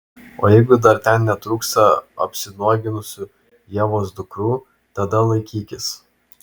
o jeigu dar ten netrūksta apsinuoginusių ievos dukrų tada laikykis